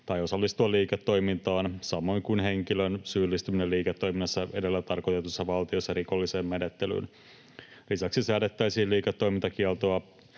tai osallistua liiketoimintaan, samoin kuin henkilön syyllistyminen liiketoiminnassa edellä tarkoitetussa valtiossa rikolliseen menettelyyn. Lisäksi säädettäisiin liiketoimintakieltoa